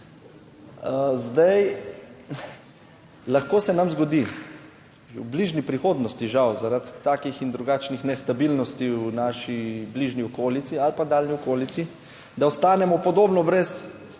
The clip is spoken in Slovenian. Zdaj lahko se nam zgodi že v bližnji prihodnosti, žal, zaradi takih in drugačnih nestabilnosti v naši bližnji okolici ali pa daljni okolici, da ostanemo podobno brez